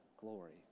glory